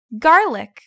garlic